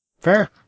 Fair